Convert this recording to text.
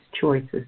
choices